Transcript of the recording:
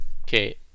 Okay